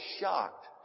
shocked